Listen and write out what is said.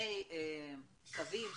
אני